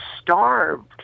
starved